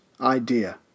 idea